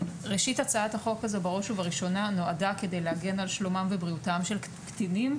הצעת החוק הזאת נועדה כדי להגן על שלומם ובריאותם של קטינים.